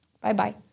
Bye-bye